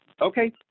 Okay